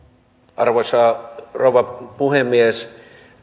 arvoisa rouva puhemies